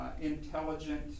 intelligent